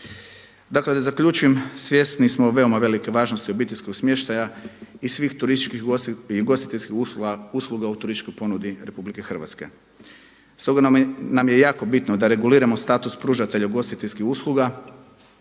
Dakle da zaključim, svjesni smo veoma velike važnosti obiteljskog smještaja i svih turističkih i ugostiteljskih usluga u turističkoj ponudi RH. Stoga nam je jako bitno da reguliramo status pružatelja ugostiteljskih usluga